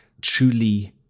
truly